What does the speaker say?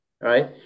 right